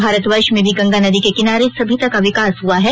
भारतवर्ष में भी गंगा नदी के किनारे सभ्यता का विकास हआ है